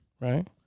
Right